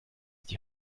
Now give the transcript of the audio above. die